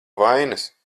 vainas